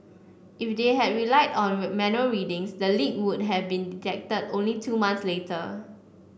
if they had relied on manual readings the leak would have been detected only two months later